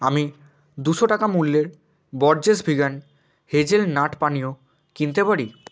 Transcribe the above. আমি দুশো টাকা মূল্যের বরজেস ভেগান হেজেলনাট পানীয় কিনতে পারি